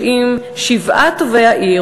שאם שבעה טובי העיר,